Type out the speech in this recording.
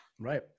Right